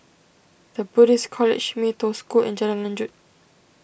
the Buddhist College Mee Toh School and Jalan Lanjut